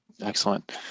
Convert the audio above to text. Excellent